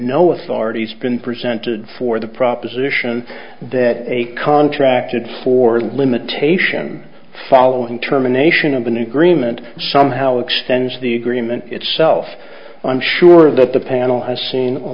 and no authorities been presented for the proposition that a contracted for limitation following term a nation of an agreement somehow extends the agreement itself i'm sure that the panel has seen a